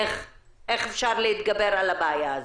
איך אפשר להתגבר על הבעיה הזו.